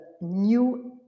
new